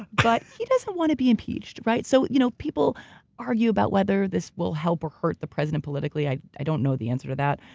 but he doesn't want to be impeached, right? so you know people argue about whether this will help or hurt the president politically. i i don't know the answer to that,